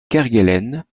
kerguelen